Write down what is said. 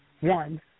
one